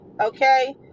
Okay